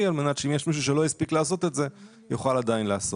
על מנת שאם יש מישהו שלא הספיק לעשות את זה הוא יוכל עדיין לעשות.